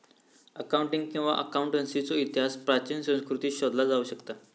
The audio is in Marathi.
अकाऊंटिंग किंवा अकाउंटन्सीचो इतिहास प्राचीन संस्कृतींत शोधला जाऊ शकता